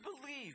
believe